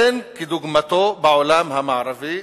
אין כדוגמתו בעולם המערבי.